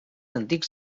antics